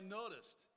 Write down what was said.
noticed